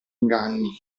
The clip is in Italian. inganni